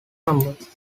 numbers